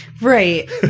Right